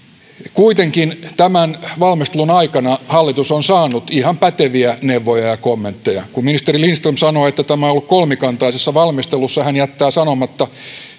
kuitenkin tämän valmistelun aikana hallitus on saanut ihan päteviä neuvoja ja kommentteja kun ministeri lindström sanoo että tämä on ollut kolmikantaisessa valmistelussa hän jättää sanomatta että